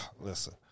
Listen